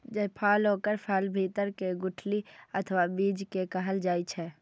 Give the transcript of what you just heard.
जायफल ओकर फलक भीतर के गुठली अथवा बीज कें कहल जाइ छै